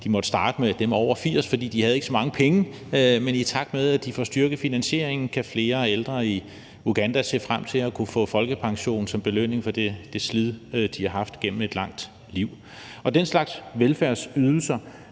De måtte starte med borgere over 80 år, fordi de ikke havde så mange penge, men i takt med at de får styrket finansieringen, kan flere ældre i Uganda se frem til at kunne få folkepension som belønning for det slid, de har haft igennem et langt liv. Den slags velfærdsydelser